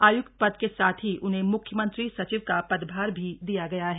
आयुक्त पद के साथ ही उन्हें मुख्यमंत्री सचिव का पदभार भी दिया गया है